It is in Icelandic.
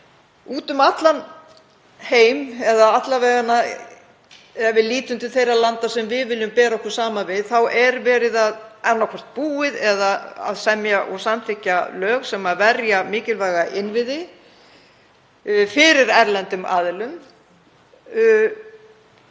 Úti um allan heim, eða alla vega ef við lítum til þeirra landa sem við viljum bera okkur saman við, er annaðhvort búið eða verið að semja og samþykkja lög sem verja mikilvæga innviði fyrir erlendum aðilum